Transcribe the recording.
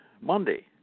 Monday